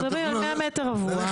אנחנו מדברים על 100 מטרים רבועים.